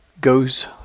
goes